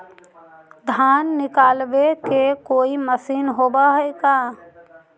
धान निकालबे के कोई मशीन होब है का?